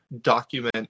document